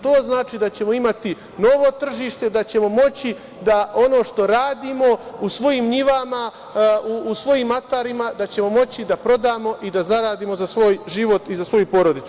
To znači da ćemo imati novo tržište, da ćemo moći da ono što radimo u svojim njivama, u svojim atarima, da ćemo moći da prodamo i da zaradimo za svoj život i za svoju porodicu.